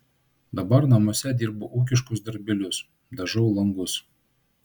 dabar namuose dirbu ūkiškus darbelius dažau langus